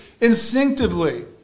instinctively